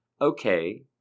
Okay